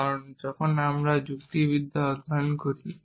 কারণ যখন আমরা যুক্তিবিদ্যা অধ্যয়ন করি